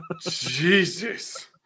Jesus